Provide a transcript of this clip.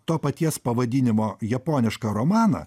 to paties pavadinimo japonišką romaną